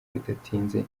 bidatinze